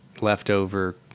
leftover